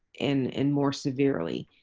and and more severely.